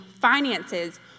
finances